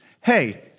hey